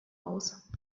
aus